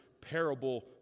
parable